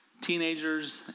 teenagers